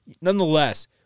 nonetheless